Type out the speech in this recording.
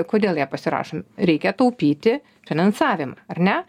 kodėl jie pasirašomi reikia taupyti finansavimą ar ne